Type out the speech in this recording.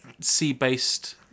sea-based